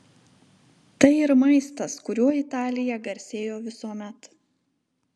tai ir maistas kuriuo italija garsėjo visuomet